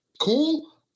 cool